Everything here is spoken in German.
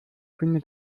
findet